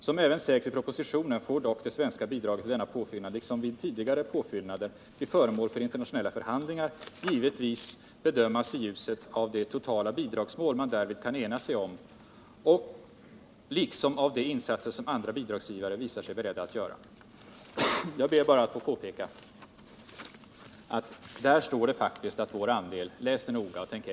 Som även sägs i propositionen får dock det svenska bidraget till denna påfyllnad, som liksom vid tidigare påfyllnader blir föremål för internationella förhandlingar, givetvis bedömas i ljuset av det totala bidragsmål man därvid kan ena sig om liksom av de insatser som andra bidragsgivare visar sig beredda att göra.” Läs det noga! Detta är logik, inte politik.